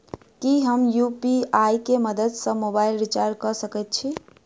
की हम यु.पी.आई केँ मदद सँ मोबाइल रीचार्ज कऽ सकैत छी?